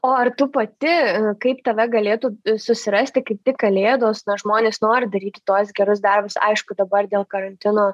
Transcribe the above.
o ar tu pati kaip tave galėtų susirasti kaip tik kalėdos na žmonės nori daryti tuos gerus darbus aišku dabar dėl karantino